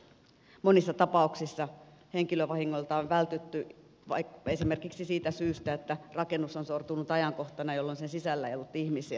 monissa tapauksissa henkilövahingoilta on vältytty esimerkiksi siitä syystä että rakennus on sortunut ajankohtana jolloin sen sisällä ei ollut ihmisiä